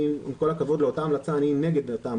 עם כל הכבוד לאותה המלצה אני נגדה,